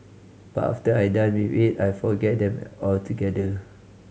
but after I done with it I forget them altogether